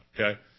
Okay